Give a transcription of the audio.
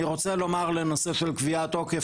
אני רוצה לומר לנושא של קביעת תוקף.